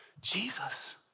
Jesus